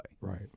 Right